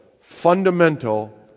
fundamental